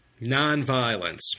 nonviolence